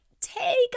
take